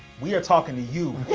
we are talking to you.